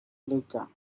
luka